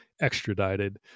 extradited